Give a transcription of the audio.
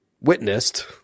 witnessed